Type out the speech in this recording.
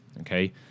Okay